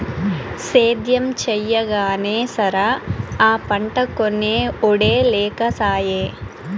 సేద్యం చెయ్యగానే సరా, ఆ పంటకొనే ఒడే లేకసాయే